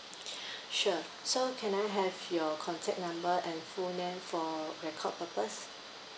sure so can I have your contact number and full name for record purpose